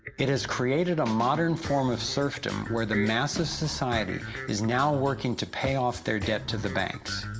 it has created a modern form of serfdom, where the mass of society is now working, to pay off their debt to the banks